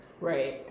Right